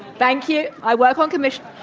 thank you. i work on commission.